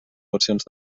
versions